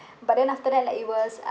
but then after that like it was